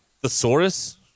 Thesaurus